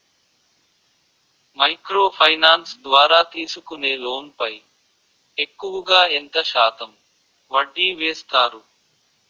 Micro finance ద్వారా తీసుకునే loan పై ఎక్కువుగా ఎంత శాతం వడ్డీ వేస్తారు?